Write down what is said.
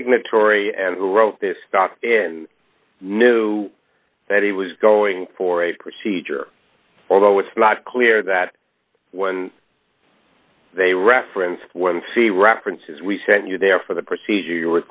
signatory and who wrote this stock and knew that he was going for a procedure although it's not clear that when they referenced when see references we sent you there for the procedure you